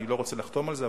אני לא רוצה לחתום על זה,